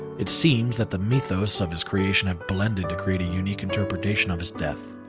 it seems that the mythos of his creation have blended to create a unique interpretation of his death,